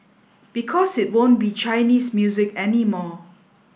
because it won't be Chinese music anymore